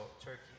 Turkey